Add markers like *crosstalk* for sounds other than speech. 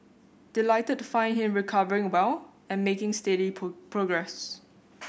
delighted to find him recovering well and making steady *unintelligible* progress